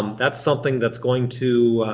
um that's something that's going to